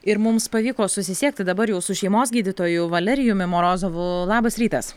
ir mums pavyko susisiekti dabar jau su šeimos gydytoju valerijumi morozovu labas rytas